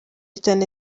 cyane